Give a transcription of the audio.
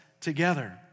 together